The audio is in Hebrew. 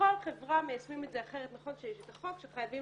בכל חברה מיישמים את זה אחרת נכון שיש את החוק שחייבים